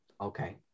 okay